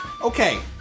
Okay